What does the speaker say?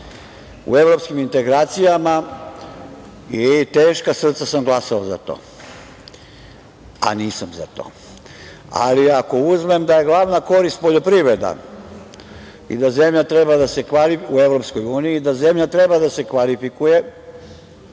u evropskim integracijama i teška srca sam glasao za to, a nisam za to. Ali, ako uzmem da je glavna korist poljoprivreda u EU i da zemlja treba da se kvalifikuje